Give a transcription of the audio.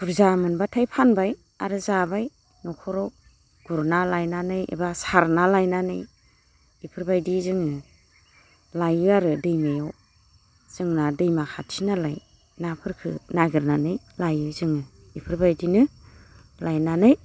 बुरजा मोनब्लाथाय फानबाय आरो जाबाय न'खराव गुरना लायनानै एबा सारना लायनानै एफोरबायदि जोङो लायो आरो दैमायाव जोंना दैमा खाथिनालाय नाफोरखो नागिरनानै लायो जोङो इफोरबायदिनो लायनानै